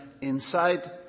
inside